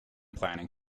planning